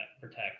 protect